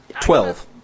Twelve